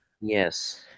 Yes